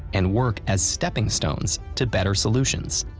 and work as stepping stones to better solutions.